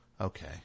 okay